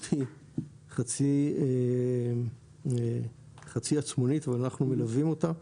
היא חצי עצמונית ואנחנו מלווים אותה,